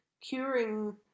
curing